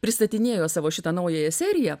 pristatinėjo savo šitą naująją seriją